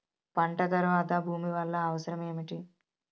పంట తర్వాత భూమి వల్ల అవసరం ఏమిటి?